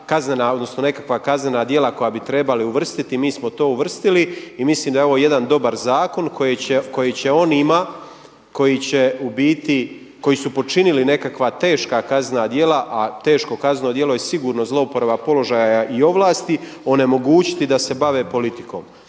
odnosno nekakva kaznena djela koja bi trebali uvrstiti i mi smo to uvrstili. I mislim da je ovo jedan dobar zakon koji će onima koji će u biti, koji su počinili nekakva teška kaznena djela a teško kazneno djelo je sigurno zlouporaba položaja i ovlasti onemogućiti da se bave politikom.